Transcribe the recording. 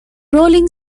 rolling